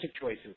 choices